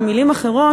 במילים אחרות,